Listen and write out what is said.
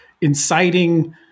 inciting